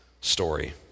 story